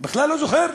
בכלל לא זוכר?